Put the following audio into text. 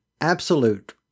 absolute